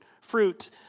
fruit